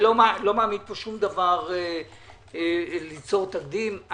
לא מעמיד פה שום דבר ליצור תקדים.